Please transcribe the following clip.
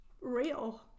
real